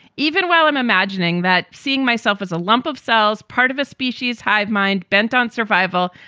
even while i'm imagining that seeing myself as a lump of cells, part of a species hive mind bent on survival.